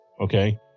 okay